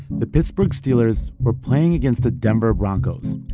the pittsburgh steelers were playing against the denver broncos.